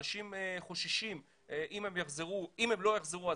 אנשים חוששים שאם הם לא יחזרו,